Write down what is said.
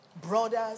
Brothers